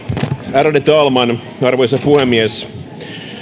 ärade talman arvoisa puhemies